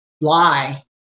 lie